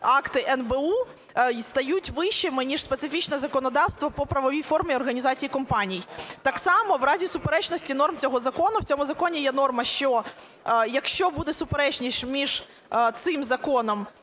акти НБУ стають вищими, ніж специфічне законодавство по правовій формі організації компаній. Так само, в разі суперечності норм цього закону, в цьому законі є норма, що якщо буде суперечність між цим законом